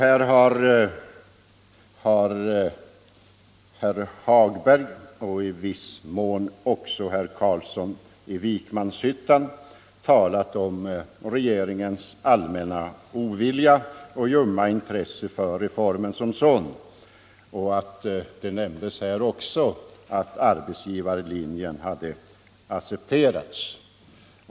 Herr Hagberg och i viss mån också herr Carlsson i Vikmanshyttan har här talat om regeringens allmänna ovilja och ljumma intresse för reformen som sådan. Det nämndes här också att arbetsgivarlinjen hade accepterats.